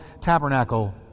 Tabernacle